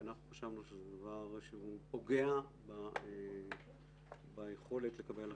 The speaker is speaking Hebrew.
חשבנו שזה דבר שפוגע ביכולת לקבל החלטות.